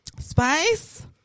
spice